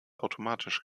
automatisch